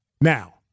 Now